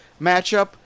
matchup